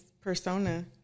persona